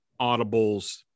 audibles